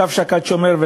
"שָׁוְא שָׁקַד שׁוֹמֵר".